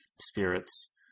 spirits